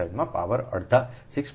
17 માં પાવર અડધા 6